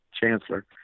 chancellor